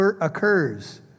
occurs